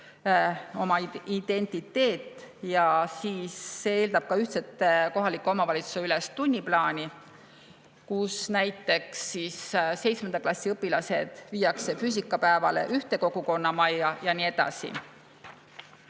oma identiteet. See eeldab ka ühtset kohalike omavalitsuste ülest tunniplaani. Näiteks seitsmenda klassi õpilased viiakse füüsikapäevale ühte kogukonnamajja ja nii edasi.